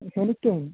ഹെലിക്കെൻ